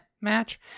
match